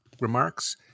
remarks